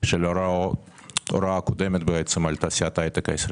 של הוראות הוראה קודמת בעצם על תעשיית ההייטק הישראלית?